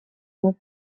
прав